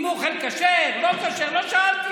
אם הוא אוכל כשר, לא כשר, לא שאלתי.